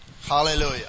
hallelujah